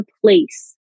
place